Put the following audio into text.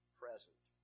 present